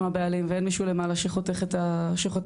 הבעלים ואין מישהו למעלה שחותך את הקופון.